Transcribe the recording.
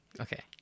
Okay